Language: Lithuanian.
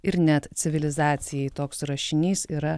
ir net civilizacijai toks rašinys yra